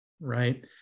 right